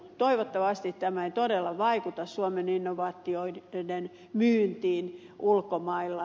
toivottavasti tämä ei todella vaikuta suomen innovaatioiden myyntiin ulkomailla